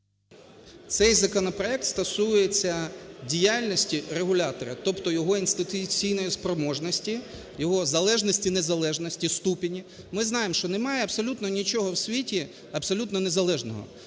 Цей законопроект стосується діяльності регулятора, тобто його інституційної спроможності, його залежності–незалежності, ступені. Ми знаємо, що немає абсолютно нічого в світі абсолютно незалежного,